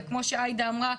וכמו שעאידה אמרה,